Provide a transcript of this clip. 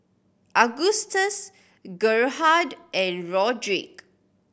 Augustus Gerhardt and Rodrick